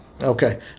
Okay